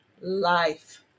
life